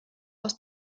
aus